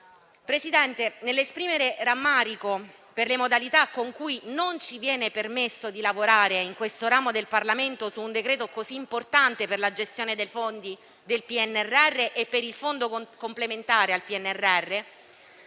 Presidente, nell'esprimere rammarico per le modalità con cui non ci viene permesso di lavorare in questo ramo del Parlamento su un decreto così importante per la gestione dei fondi del PNRR e per il Fondo complementare al PNRR,